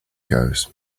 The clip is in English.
goes